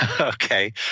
Okay